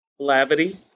Lavity